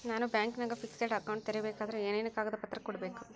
ನಾನು ಬ್ಯಾಂಕಿನಾಗ fixed account ತೆರಿಬೇಕಾದರೆ ಏನೇನು ಕಾಗದ ಪತ್ರ ಕೊಡ್ಬೇಕು?